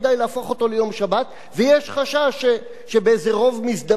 ויש חשש שבאיזה רוב מזדמן יחליטו לבטל את השבת,